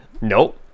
Nope